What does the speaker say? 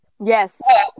Yes